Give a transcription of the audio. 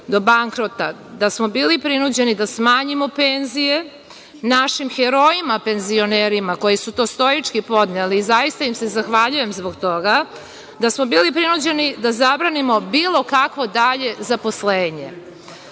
do bankrota, da smo bili prinuđeni da smanjimo penzije naši herojima penzionerima, koji su to stoički podneli. Zaista im se zahvaljujem zbog toga. Da smo bili prinuđeni da zabranimo bilo kakvo dalje zaposlenje.